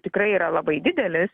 tikrai yra labai didelis